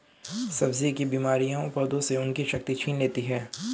सब्जी की बीमारियां पौधों से उनकी शक्ति छीन लेती हैं